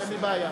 אין לי בעיה.